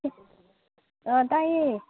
ꯑ ꯇꯥꯏꯌꯦ